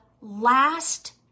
last